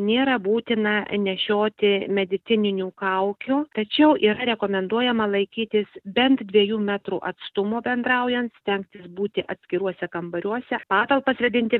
nėra būtina nešioti medicininių kaukių tačiau yra rekomenduojama laikytis bent dviejų metrų atstumo bendraujant stengtis būti atskiruose kambariuose patalpas vėdinti